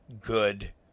good